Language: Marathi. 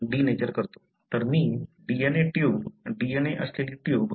तर मी तापवतो DNA ट्यूब DNA असलेली ट्यूब